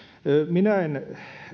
minä en